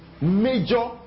major